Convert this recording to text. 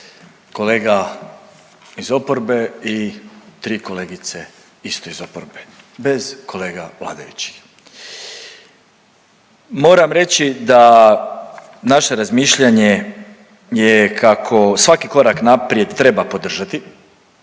kolega iz oporbe i tri kolegice isto iz oporbe, bez kolega vladajućih. Moram reći da naše razmišljanje je kako svaki korak naprijed treba podržati